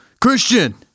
Christian